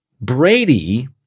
Brady